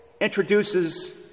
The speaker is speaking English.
introduces